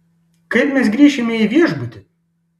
kaip mes grįšime į viešbutį